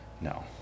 No